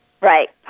Right